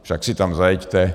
Však si tam zajeďte.